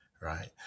right